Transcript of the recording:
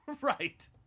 Right